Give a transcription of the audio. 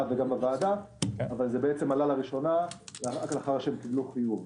החלטה וגם הוועדה אבל זה עלה לראשונה רק לאחר שקיבלו חיוב.